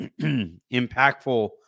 impactful